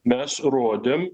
mes rodėm